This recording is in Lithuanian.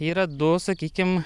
yra du sakykim